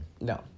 No